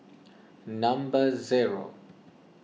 number zero